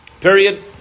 Period